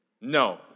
No